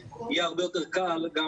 יהיה הרבה יותר קל גם